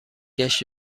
گشت